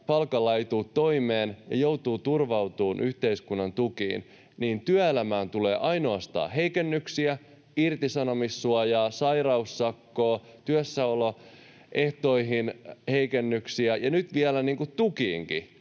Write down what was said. palkallaan toimeen ja joutuvat turvautumaan yhteiskunnan tukiin. Työelämään tulee ainoastaan heikennyksiä: irtisanomissuojaan, sairaussakkoon, työssäoloehtoihin heikennyksiä ja nyt vielä tukiinkin